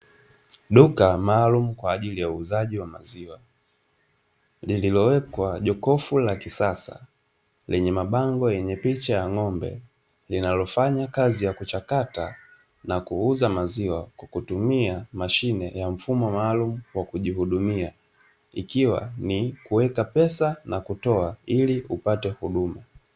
Duka maalumu kwaajili ya uuzaji wa maziwa, liliowekwa jokofu la kisasa lenye mabango ya picha ya ng'ombe linalofanya kazi ya kuchakata na kuuza maziwa kwa kutumia mashine na mfumo maalumu wa kujihudumia ikiwa ni kuweka pesa na kutoa ili upate huduma.